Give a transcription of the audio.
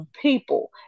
people